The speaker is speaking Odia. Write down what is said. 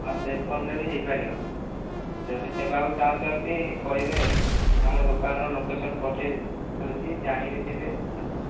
ହଁ ସେ ଫୋନ୍ ରେ ବି ହୋଇପାରିବ ଯଦି ନେବାକୁ ଚାହୁଁଛନ୍ତି କହିବେ ଆମ ଦୋକାନର ଲୋକେସନ ପଠାଇଦେଉଛି ଜାଣି ବି ଥିବେ ଆସିବେ